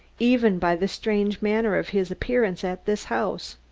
even by the strange manner of his appearance at this house.